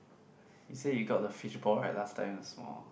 you say you got the fishball right last time the small